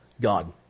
God